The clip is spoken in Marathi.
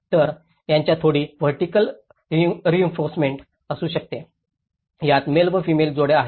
तर त्यांच्यात थोडी व्हर्टिकल रिइन्फोर्समेंट असू शकते यात मेल व फिमेल जोड्या आहेत